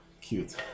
Cute